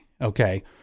okay